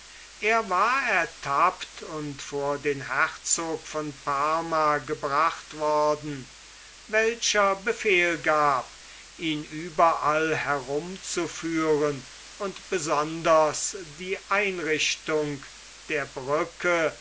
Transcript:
er war ertappt und vor den herzog von parma gebracht worden welcher befehl gab ihn überall herumzuführen und besonders die einrichtung der brücke